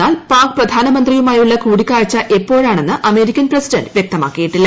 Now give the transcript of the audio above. എന്നാൽ പാക് പ്രധാനമന്ത്രിയുമായുള്ള കൂടിക്കാഴ്ച എപ്പോഴാണെന്ന് അമേരിക്കൻ പ്രസിഡന്റ് വ്യക്തമാക്കിയിട്ടില്ല